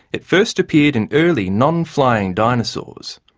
it first appeared in early non-flying dinosaurs.